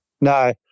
No